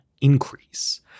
increase